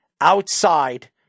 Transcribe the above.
outside